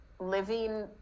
living